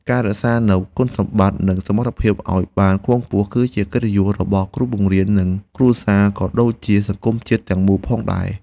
ការរក្សានូវគុណសម្បត្តិនិងសមត្ថភាពឱ្យបានខ្ពង់ខ្ពស់គឺជាកិត្តិយសរបស់គ្រូបង្រៀននិងគ្រួសារក៏ដូចជាសង្គមជាតិទាំងមូលផងដែរ។